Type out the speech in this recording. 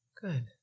Good